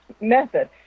method